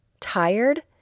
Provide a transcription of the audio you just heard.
tired